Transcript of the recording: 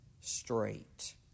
straight